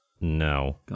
No